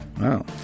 Wow